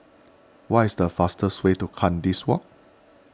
what is the fastest way to Kandis Walk